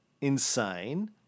insane